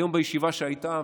היום בישיבה שהייתה,